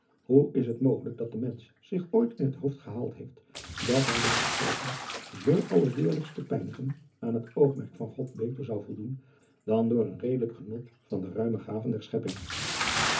oe is het mogelijk dat de mensch zich ooit in het hoofd gehaald heeft dat hij door zichzelven zoo allerdeerlijkst te pijnigen aan het oogmerk van od beter zou voldoen dan door een redelijk genot van de ruime gaven der schepping